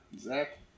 Zach